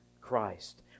Christ